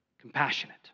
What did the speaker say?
compassionate